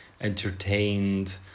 entertained